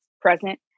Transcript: present